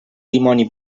dimoni